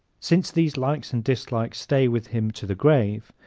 since these likes and dislikes stay with him to the grave,